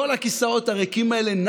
כל הכיסאות הריקים האלה,